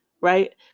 right